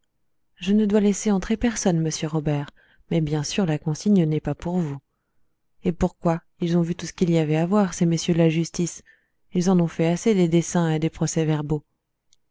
je ne dois laisser entrer personne monsieur robert mais bien sûr la consigne n'est pas pour vous et pourquoi ils ont vu tout ce qu'il y avait à voir ces messieurs de la justice ils en ont fait assez des dessins et des